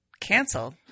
canceled